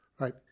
right